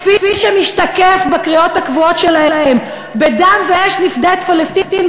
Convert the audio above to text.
כפי שמשתקף בקריאות הקבועות שלהם "בדם ואש נפדה את פלסטין",